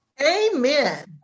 Amen